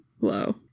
low